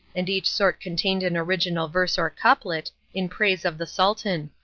and each sort contained an original verse or couplet, in praise of the sultan.